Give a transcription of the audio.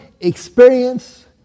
experience